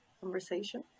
conversation